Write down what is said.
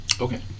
okay